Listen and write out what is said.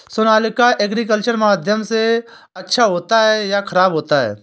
Sonalika agriculture माध्यम से अच्छा होता है या ख़राब होता है?